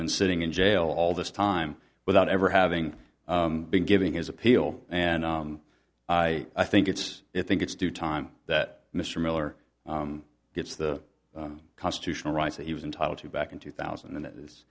been sitting in jail all this time without ever having been given his appeal and i i think it's it think it's do time that mr miller gets the constitutional rights that he was entitled to back in two thousand and